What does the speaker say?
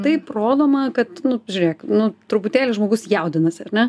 taip rodoma kad nu žiūrėk nu truputėlį žmogus jaudinasi ar ne